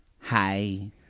Hi